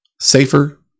safer